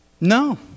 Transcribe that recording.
No